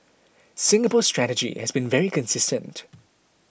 Singapore's strategy has been very consistent